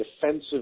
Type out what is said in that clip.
defensive